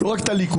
לא רק את הליכוד.